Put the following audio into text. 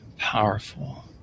powerful